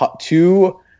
two